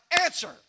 answer